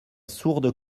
sourde